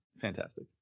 Fantastic